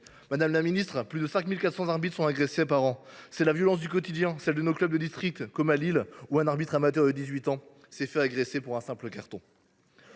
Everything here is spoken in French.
Madame la ministre, plus de 5 400 arbitres sont agressés par an. C’est la violence du quotidien, celle de nos clubs de district, comme à Lille, où un arbitre amateur de 18 ans s’est fait agresser pour un carton.